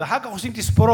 ואחר כך עושים תספורות,